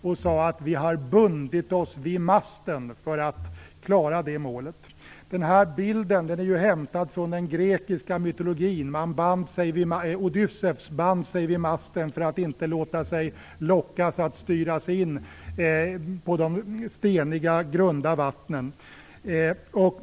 Han sade att vi har bundit oss vid masten för att klara det målet. Den bilden är ju hämtad från den grekiska mytologin. Odysseus band sig vid masten för att inte låta sig lockas att styra in på de steniga, grunda vattnen.